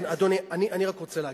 כן, אדוני, אני רק רוצה להגיד,